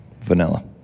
Vanilla